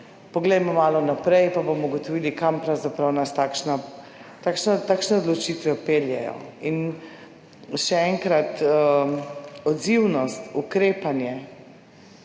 poglejmo malo naprej pa bomo ugotovili, kam pravzaprav nas takšne odločitve peljejo. Še enkrat, odzivnost, ukrepanje